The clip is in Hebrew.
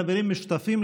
חברים משותפים,